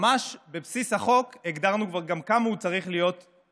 ממש בבסיס החוק הגדרנו כבר גם בכמה הוא צריך להיות מוזל.